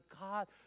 God